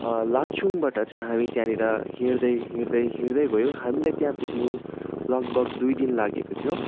लाचुङबाट चाहिँ हामी त्यहाँनिर हिँड्दै हिँड्दै हिँड्दै गयो हामीलाई त्यहाँ पुग्नु लगभग दुई दिन लागेको थियो